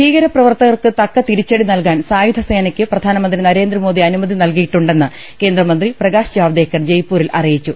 ഭീകരപ്രവർത്തകർക്ക് തക്ക തിരിച്ചടി നൽകാൻ സായുധ സേനക്ക് പ്രധാനമന്ത്രി നരേന്ദ്രമോദി അനുമതി നൽകിയിട്ടുണ്ടെന്ന് കേന്ദ്രമന്ത്രി പ്രകാശ് ജാവ്ദേക്കർ ജയ്പൂരിൽ അറിയിച്ചു